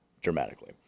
dramatically